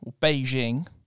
Beijing